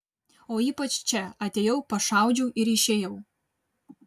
o ypač čia atėjau pašaudžiau ir išėjau